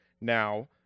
now